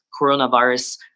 coronavirus